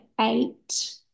eight